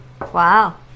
Wow